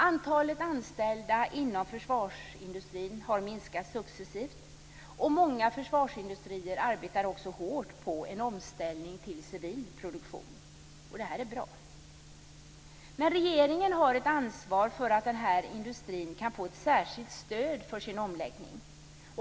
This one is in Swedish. Antalet anställda inom försvarsindustrin har minskat successivt och många försvarsindustrier arbetar också hårt på en omställning till civil produktion. Det här är bra. Regeringen har dock ett ansvar för att den här industrin kan få ett särskilt stöd för sin omläggning.